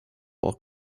ball